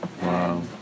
Wow